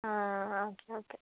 ആ ആ ആ ഓക്കെ ഓക്കെ